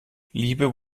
liebe